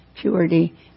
purity